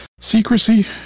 secrecy